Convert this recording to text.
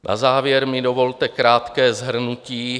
Na závěr mi dovolte krátké shrnutí.